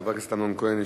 חבר הכנסת אמנון כהן,